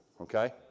Okay